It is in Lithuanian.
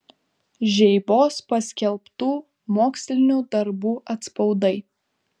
žeibos paskelbtų mokslinių darbų atspaudai